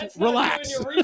Relax